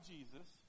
Jesus